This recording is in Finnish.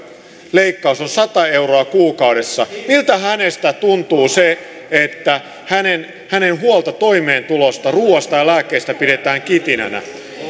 leikkaus on sata euroa kuukaudessa tuntuu se että hänen hänen huoltaan toimeentulosta ruuasta ja lääkkeistä pidetään kitinänä